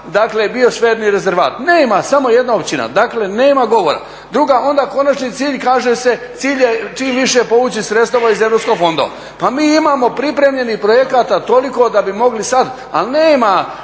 dakle, bio … rezervat. Nema, samo …. Dakle, nema govora. Drugo, onda konačni cilj kaže se, cilj je čim više povući sredstava iz europskih fondova. Pa mi imamo pripremljenih projekata toliko da bi mogli sada, ali nema